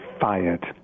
fired